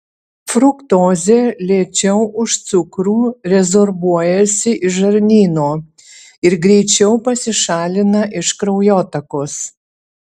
fruktozė lėčiau už cukrų rezorbuojasi iš žarnyno ir greičiau pasišalina iš kraujotakos